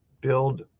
build